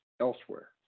elsewhere